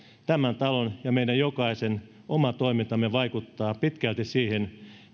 tämän talon ja meidän jokaisen oma toiminta vaikuttaa pitkälti siihen